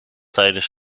tijdens